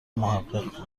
محقق